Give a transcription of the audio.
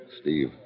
Steve